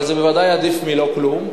אבל זה בוודאי עדיף מלא-כלום,